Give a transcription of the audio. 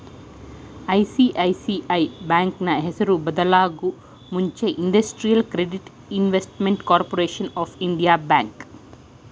ICICI ಬ್ಯಾಂಕ್ನ ಹೆಸರು ಬದಲಾಗೂ ಮುಂಚೆ Industrial Credit Investment Corporation of India bank